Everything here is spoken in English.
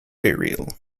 burial